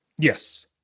Yes